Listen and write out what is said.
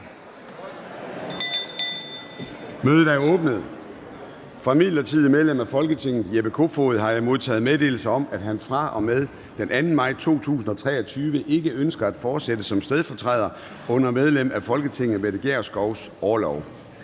Mødet er åbnet. Fra midlertidigt medlem af Folketinget Jeppe Kofod (S) har jeg modtaget meddelelse om, at han fra og med den 2. maj 2023 ikke ønsker at fortsætte som stedfortræder under medlem af Folketinget Mette Gjerskovs orlov.